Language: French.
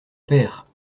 père